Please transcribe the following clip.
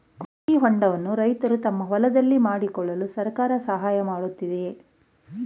ಕೃಷಿ ಹೊಂಡವನ್ನು ರೈತರು ತಮ್ಮ ಹೊಲದಲ್ಲಿ ಮಾಡಿಕೊಳ್ಳಲು ಸರ್ಕಾರ ಸಹಾಯ ಮಾಡುತ್ತಿದೆಯೇ?